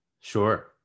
Sure